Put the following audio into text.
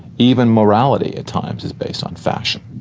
even morality at times is based on fashion.